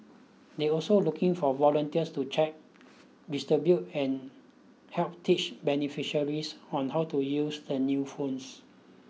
they're also looking for volunteers to check distribute and help teach beneficiaries on how to use the new phones